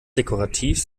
dekorativ